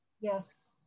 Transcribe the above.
Yes